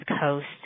Coast